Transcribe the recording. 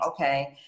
Okay